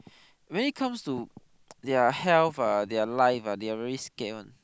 when it comes to their health ah their life ah they are very scared [one]